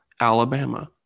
Alabama